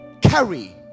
carry